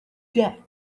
that